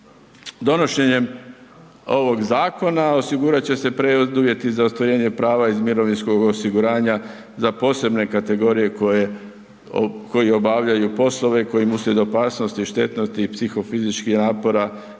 Donošenjem ovog zakona osigurat će se preduvjet i za ostvarenje prava iz mirovinskog osiguranja za posebne kategorije koje obavljaju poslove kojim uslijed opasnosti i štetnosti i psihofizičkih napora